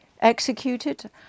executed